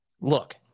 Look